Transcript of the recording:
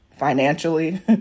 financially